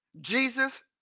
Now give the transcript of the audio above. Jesus